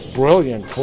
brilliant